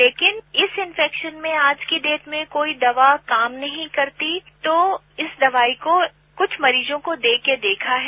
लेकिन इस इन्फेक्शन में आज की डेट में कोई दवा काम नहीं करती तो इस दवाई को कुछ मरीजों को देके देखा है